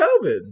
COVID